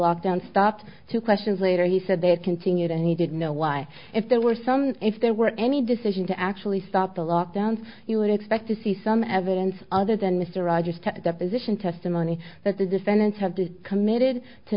lockdown stopped two questions later he said they had continued and he did know why if there were some if there were any decision to actually stop the lock down you would expect to see some evidence other than mr rogers to deposition testimony that the defendants have to be committed to